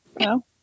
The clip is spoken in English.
No